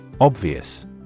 Obvious